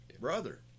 brother